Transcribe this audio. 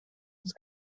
het